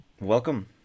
welcome